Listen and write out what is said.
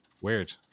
Weird